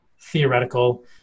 theoretical